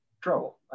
trouble